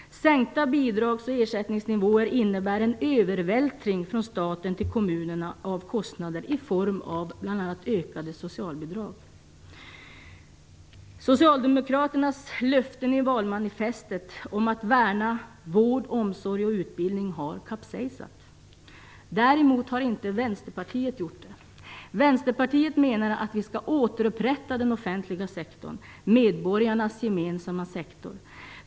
Sänkta bidrags och ersättningsniviåer innebär en övervältring från staten till kommunerna av kostnader i form av bl.a. ökade socialbidrag. Socialdemokraternas löften i valmanifestet om att värna vård, omsorg och utbildning har kapsejsat. Däremot har inte Vänsterpartiet gjort det. Vi i Vänsterpartiet menar att vi skall återupprätta den offentliga sektorn, medborgarnas gemensamma sektor.